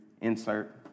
insert